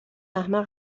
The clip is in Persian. احمق